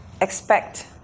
expect